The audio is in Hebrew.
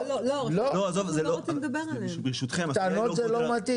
לא, בקטנות זה לא מתאים.